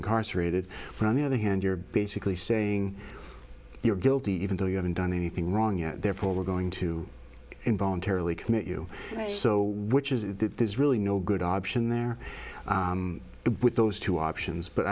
incarcerated but on the other hand you're basically saying you're guilty even though you haven't done anything wrong yet therefore we're going to in voluntarily commit you so which is there's really no good option there with those two options but